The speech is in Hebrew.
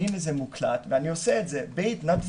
הנה זה מוקלט ואני עושה את זה בהתנדבות.